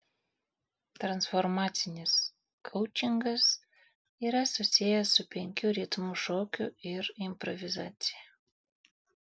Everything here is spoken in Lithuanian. transformacinis koučingas yra susijęs su penkių ritmų šokiu ir improvizacija